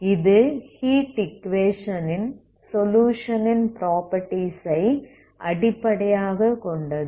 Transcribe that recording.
இது heat equation ன் solution ன் ப்ராப்பர்ட்டீஸ் ஐ அடிப்படையாகக் கொண்டது